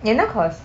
என்ன:enna course